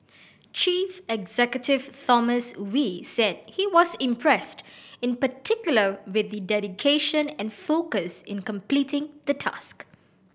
chief executive Thomas Wee said he was impressed in particular with the dedication and focus in completing the task